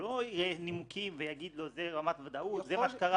לא יהיו נימוקים שיגידו לו ברמת ודאות ש זה מה שקרה.